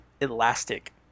elastic